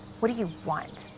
what do you want?